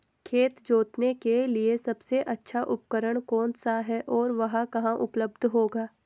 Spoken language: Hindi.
खेत जोतने के लिए सबसे अच्छा उपकरण कौन सा है और वह कहाँ उपलब्ध होगा?